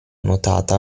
nuotata